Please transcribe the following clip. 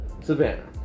Savannah